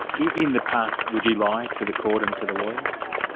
in the past, would you lie to the court and to the lawyers?